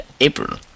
April